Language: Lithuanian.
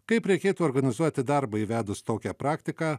kaip reikėtų organizuoti darbą įvedus tokią praktiką